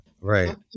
Right